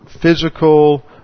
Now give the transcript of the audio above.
physical